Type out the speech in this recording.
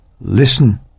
listen